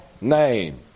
name